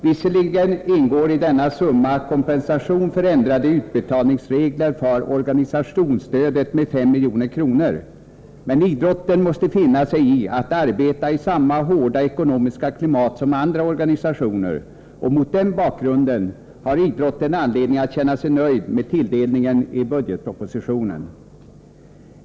Visserligen ingår i denna summa kompensation för ändrade utbetalningsregler för organisationsstödet med 5 milj.kr., men idrotten måste finna sig i att arbeta i samma hårda ekonomiska klimat som andra organisationer, och mot den bakgrunden har man inom idrotten anledning att känna sig nöjd med tilldelningen i budgetpropositionen.